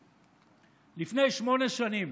לפני שמונה שנים,